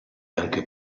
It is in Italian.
anche